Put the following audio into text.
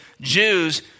Jews